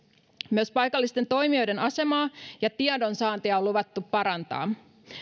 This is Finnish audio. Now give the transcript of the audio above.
myös paikallisten toimijoiden asemaa ja tiedonsaantia on luvattu parantaa